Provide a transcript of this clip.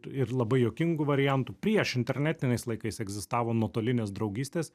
ir labai juokingų variantų prieš internetiniais laikais egzistavo nuotolinės draugystės